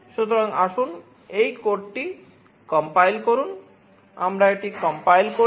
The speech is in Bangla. সুতরাং আসুন এই কোডটি সংকলন করি